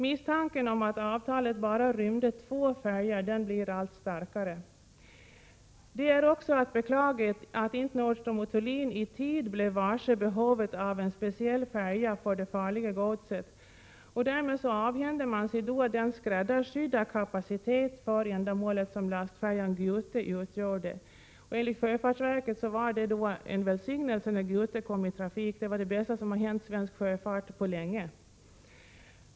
Misstanken om att avtalet bara rymde två färjor blir allt starkare. Det är att beklaga att Nordström & Thulin inte i tid blev varse behovet av en speciell färja för det farliga godset och därmed avhände sig den skräddarsydda kapacitet för ändamålet som lastfärjan Gute utgjorde. Enligt sjösäkerhetsverket var det en välsignelse när Gute kom i trafik — det var det bästa som hade hänt svensk sjöfart på länge.